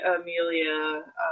Amelia